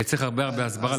צריך הרבה הסברה,